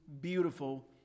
beautiful